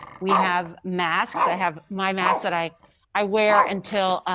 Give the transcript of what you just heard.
we have masks. i have my mask that i i wear until,